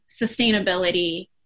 sustainability